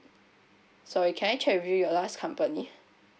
sorry can I check with you your last company